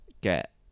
get